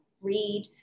read